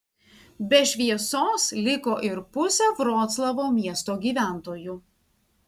be šviesos liko ir pusė vroclavo miesto gyventojų